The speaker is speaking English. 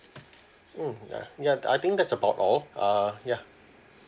mm ya ya I think that's about all uh ya